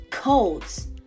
Colds